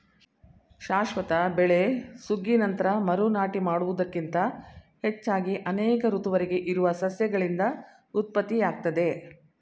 ಶಾಶ್ವತ ಬೆಳೆ ಸುಗ್ಗಿ ನಂತ್ರ ಮರು ನಾಟಿ ಮಾಡುವುದಕ್ಕಿಂತ ಹೆಚ್ಚಾಗಿ ಅನೇಕ ಋತುವರೆಗೆ ಇರುವ ಸಸ್ಯಗಳಿಂದ ಉತ್ಪತ್ತಿಯಾಗ್ತದೆ